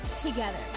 together